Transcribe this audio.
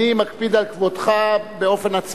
כבוד השר בגין, אני מקפיד על כבודך באופן עצמאי.